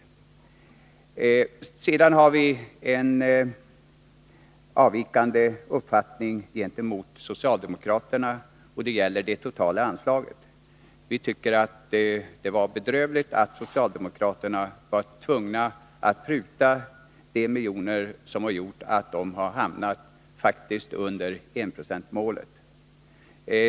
Vi folkpartister har sedan en avvikande uppfattning gentemot socialdemokraterna vad gäller det totala anslaget. Vi tycker att det var bedrövligt att socialdemokraterna blev tvungna att pruta ett antal miljoner på biståndsanslaget, vilket gjorde att Sverige hamnade under enprocentsmålet.